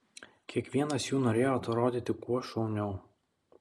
kiekvienas jų norėjo atrodyti kuo šauniau